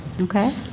Okay